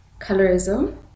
colorism